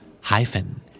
Hyphen